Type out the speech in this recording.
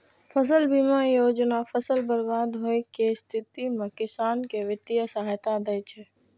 फसल बीमा योजना फसल बर्बाद होइ के स्थिति मे किसान कें वित्तीय सहायता दै छै